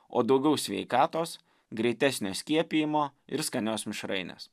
o daugiau sveikatos greitesnio skiepijimo ir skanios mišrainės